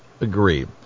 agree